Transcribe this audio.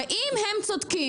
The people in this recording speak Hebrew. הרי אם הם צודקים,